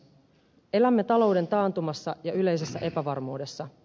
elämme talouden taantumassa ja yleisessä epävarmuudessa